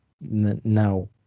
now